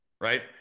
right